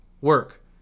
work